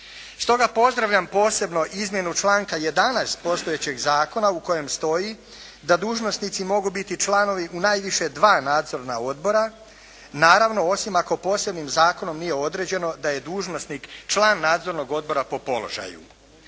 Stoga, pozdravljam posebno izmjenu članka 11. postojećeg zakona u kojem stoji da dužnosnici mogu biti članovi u najviše dva nadzorna odbora, naravno, osim ako posebnim zakonom nije određeno da je dužnosnik član nadzornog odbora po položaju.